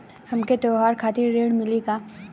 हमके त्योहार खातिर ऋण मिली का?